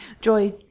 Joy